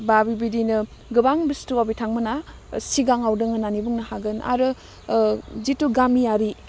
बा बिबायदिनो गोबां बुस्थुवाव बिथांमोना सिगाङाव दं होन्नानै बुंनो हागोन आरो जिथु गामियारि